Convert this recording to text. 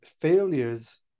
failures